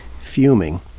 fuming